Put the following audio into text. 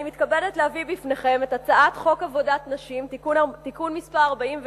אני מתכבדת להביא בפניכם את הצעת חוק עבודת נשים (תיקון מס' 46),